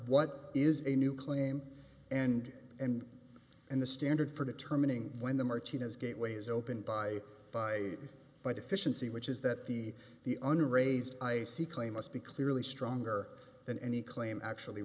what is a new claim and and and the standard for determining when the martina's gateway's open by by by deficiency which is that the the under raised i see clay must be clearly stronger than any claim actually